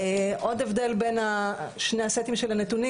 עוד הבדל בין שני הסטים של הנתונים,